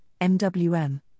MWM